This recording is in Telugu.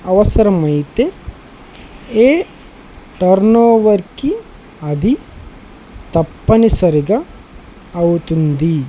అవసరమైతే ఏ టర్నోవర్కి అది తప్పనిసరిగా అవుతుంది